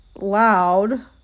loud